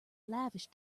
lavish